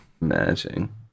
Matching